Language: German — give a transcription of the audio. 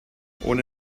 ohne